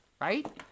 right